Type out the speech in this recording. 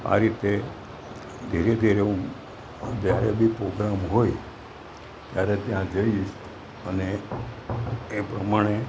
આ રીતે ધીરે ધીરે હું જ્યારે બી પોગ્રામ હોય ત્યારે ત્યાં જઈશ અને એ પ્રમાણે